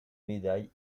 médailles